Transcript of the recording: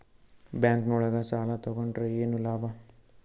Bank ನೊಳಗ ಸಾಲ ತಗೊಂಡ್ರ ಏನು ಲಾಭ?